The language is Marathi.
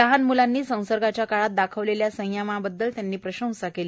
लहान म्लांनी संसर्गाच्या काळात दाखवलेल्या संयमाबद्दल त्यांनी प्रशंसा केली